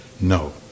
No